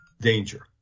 danger